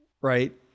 right